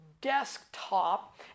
desktop